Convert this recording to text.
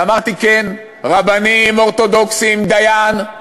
ואמרתי: כן, רבנים אורתודוקסים, דיין,